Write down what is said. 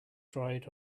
dried